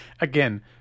Again